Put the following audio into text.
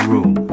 Room